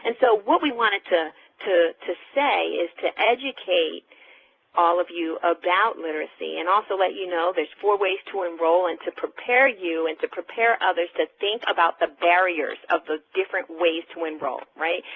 and so what we wanted to to say is to educate all of you about literacy and also let you know there's four ways to enroll and to prepare you and to prepare others to think about the barriers of the different ways to enroll, right?